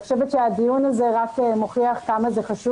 אני חושבת שהדיון הזה רק מוכיח כמה זה חשוב